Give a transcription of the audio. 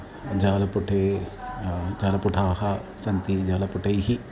जालपुटे जालपुटाः सन्ति जालपुटैः